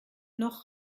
noch